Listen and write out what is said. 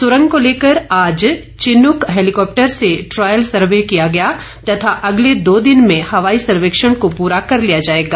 सुरंग को लेकर आज चिनुक हैलीकॉप्टर से ट्रायल सर्वे किया गया तथा अगले दो दिन में हवाई सर्वेक्षण को पूरा कर लिया जाएगा